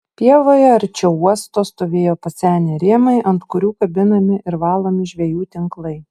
pievoje arčiau uosto stovėjo pasenę rėmai ant kurių kabinami ir valomi žvejų tinklai